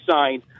signed